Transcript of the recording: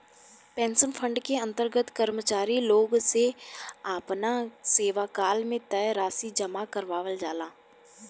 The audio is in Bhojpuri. पेंशन फंड के अंतर्गत कर्मचारी लोग से आपना सेवाकाल में तय राशि जामा करावल जाला